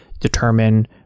determine